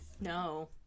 No